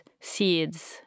seeds